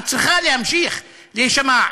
היא צריכה להמשיך להישמע.